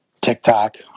TikTok